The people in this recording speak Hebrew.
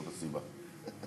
זאת הסיבה.